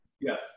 Yes